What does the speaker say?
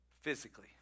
physically